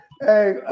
hey